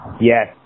Yes